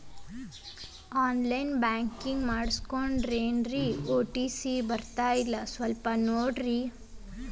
on line banking ಮಾಡಿಸ್ಕೊಂಡೇನ್ರಿ OTP ಬರ್ತಾಯಿಲ್ಲ ಸ್ವಲ್ಪ ನೋಡ್ರಿ